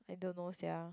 I don't know sia